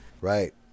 right